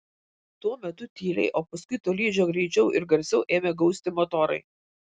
tuo metu tyliai o paskui tolydžio greičiau ir garsiau ėmė gausti motorai